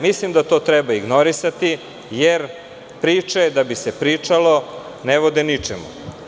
Mislim da to treba ignorisati jer priče da bi se pričalo ne vode ničemu.